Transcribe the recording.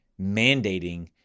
mandating